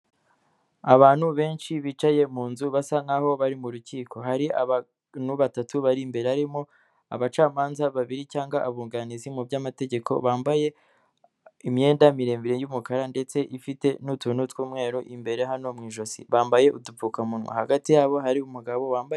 Abantu benshi bicaye mu nzu basa nkaho bari mu rukiko, hari abantu batatu bari imbere, harimo abacamanza babiri cyangwa abunganizi mu by'amategeko bambaye imyenda miremire y'umukara ndetse ifite n'utuntu tw'umweru imbere hano mu ijosi, bambaye udupfukamunwa hagati yabo hari umugabo wambaye...